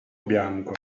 bianco